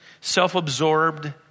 self-absorbed